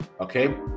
okay